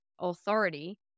authority